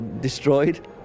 destroyed